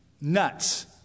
nuts